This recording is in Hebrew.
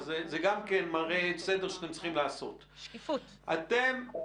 אבל כשאתם סוכמים את כל